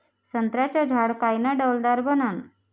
संत्र्याचं झाड कायनं डौलदार बनन?